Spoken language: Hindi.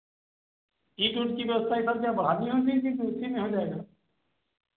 ईंट ऊंट की व्यवस्था ये सब जो बढ़ानी है उसकी कि उसी में हो जाएगा